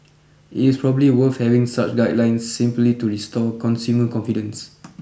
it is probably worth having such guidelines simply to restore consumer confidence